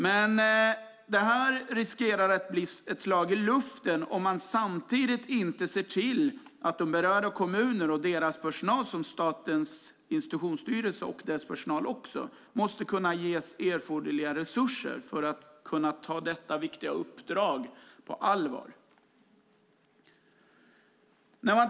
Men detta riskerar att bli ett slag i luften om man inte samtidigt ser till att berörda kommuner och deras personal samt Statens institutionsstyrelse och dess personal ges erforderliga resurser för att kunna ta detta viktiga uppdrag på allvar.